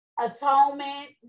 atonement